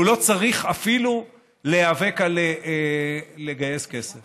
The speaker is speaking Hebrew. והוא לא צריך אפילו להיאבק על גיוס כסף.